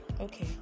okay